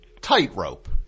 tightrope